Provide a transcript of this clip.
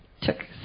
took